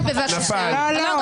נפל.